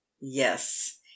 Yes